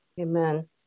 Amen